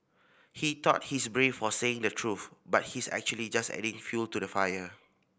he thought he's brave for saying the truth but he's actually just adding fuel to the fire